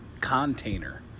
container